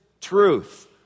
truth